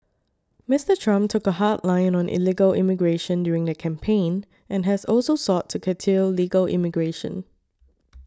Mister Trump took a hard line on illegal immigration during the campaign and has also sought to curtail legal immigration